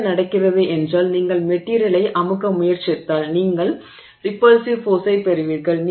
என்ன நடக்கிறது என்றால் நீங்கள் மெட்டிரியலை அமுக்க முயற்சித்தால் நீங்கள் ரிப்புல்ஸிவ் ஃபோர்ஸைப் பெறுவீர்கள்